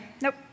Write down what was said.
Nope